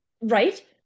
right